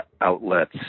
outlets